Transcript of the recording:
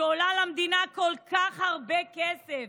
שעולה למדינה כל כך הרבה כסף,